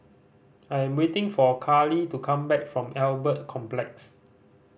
I am waiting for Karli to come back from Albert Complex